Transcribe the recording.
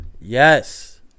Yes